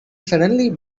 suddenly